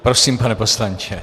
Prosím, pane poslanče.